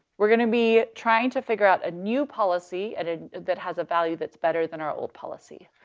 we're gonna be trying to figure out a new policy at a, that has a value that's better than our old policy.